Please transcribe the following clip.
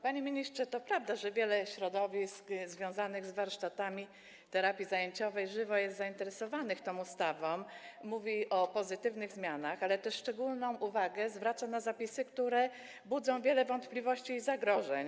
Panie ministrze, to prawda, że wiele środowisk związanych z warsztatami terapii zajęciowej jest żywo zainteresowanych tą ustawą, mówi o pozytywnych zmianach, ale też zwraca szczególną uwagę na zapisy, które budzą wiele wątpliwości i zagrożeń.